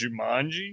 Jumanji